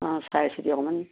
অঁ চাই চিতি অকণমান